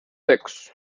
sechs